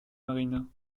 marine